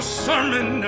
sermon